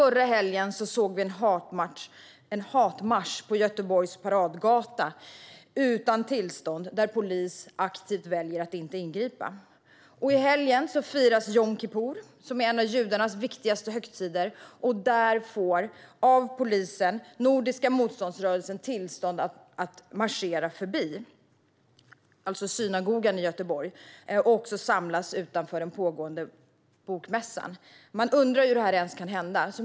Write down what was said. Förra helgen såg vi en hatmarsch på Göteborgs paradgata. Den saknade tillstånd, och polisen valde aktivt att inte ingripa. I helgen firas jom kippur, en av judarnas viktigaste högtider. Nordiska motståndsrörelsen har då fått tillstånd av polisen att marschera förbi synagogan i Göteborg och sedan samlas utanför den pågående bokmässan. Man undrar hur det här ens kan hända.